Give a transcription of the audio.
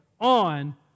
on